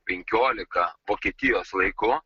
penkiolika vokietijos laiku